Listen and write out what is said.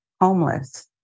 Homeless